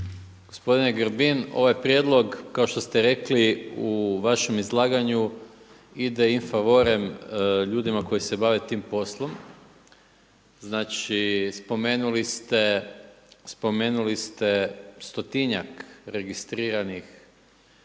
Gospodine Grbin, ovaj prijedlog kao što ste rekli u vašem izlaganju ide in favorem ljudima koji se bave tim poslom. Znači, spomenuli ste stotinjak registriranih